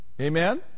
Amen